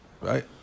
right